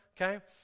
Okay